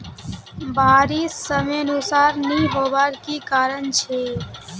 बारिश समयानुसार नी होबार की कारण छे?